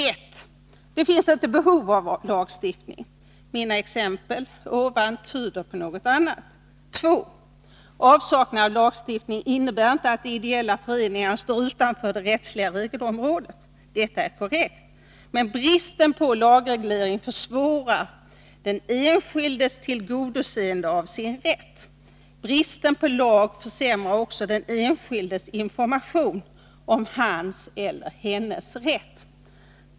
1. Det finns inte behov av lagstiftning. De av mig anförda exemplen tyder på något annat. 2. Avsaknad av lagstiftning innebär inte att de ideella föreningarna står utanför det rättsliga regelområdet. Detta är korrekt. Men bristen på lagreglering försvårar för den enskilde att tillgodose sin rätt. Avsaknaden av lag försämrar också informationen för den enskilde om hans eller hennes rätt.